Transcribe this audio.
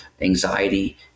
anxiety